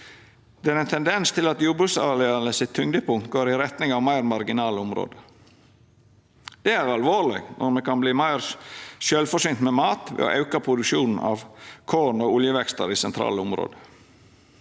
Det er ein tendens til at jordbruksarealet sitt tyngdepunkt går i retning av meir marginale område. Det er alvorleg. Me kan verta meir sjølvforsynte med mat ved å auka produksjonen av korn og oljevekstar i sentrale område.